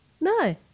no